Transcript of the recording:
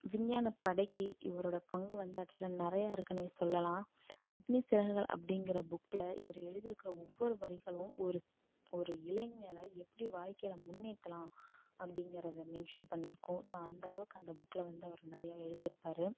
விஞ்ஞான படைக்கு இவரோடய பங்கு வந்து ஆக்சுவலாக நிறையா இருக்குனே சொல்லலாம் அக்னி சிறகுகள் அப்படிங்கிற புக்கில் இவர் எழுதியிருக்குற ஒவ்வொரு வரிகளும் ஒரு ஸ் ஒரு இளைஞரை எப்படி வாழ்க்கையில் முன்னேற்றலாம் அப்படிங்கிறத மென்க்ஷன் பண்ணி இருக்கும் ஸோ அந்த அளவுக்கு அந்த புக்கில் வந்து அவர் நிறையா எழுதியிருப்பாரு